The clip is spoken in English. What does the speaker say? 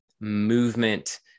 movement